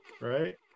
Right